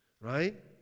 right